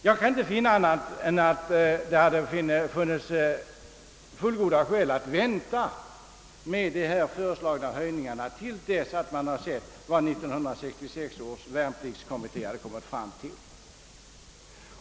Jag kan inte finna annat än att det hade funnits fullgoda skäl att vänta med de här före slagna höjningarna till dess man hade sett vad 1966 års värnpliktskommitté kommit fram till.